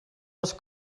les